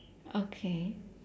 okay